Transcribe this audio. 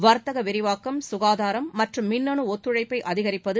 வர்த்தக விரிவாக்கம் கங்தாரம் மற்றும் மின்னனு ஒத்துழைப்பை அதிகரிப்பது